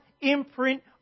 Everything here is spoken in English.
imprint